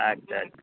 আচ্ছা আচ্ছা